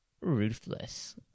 ruthless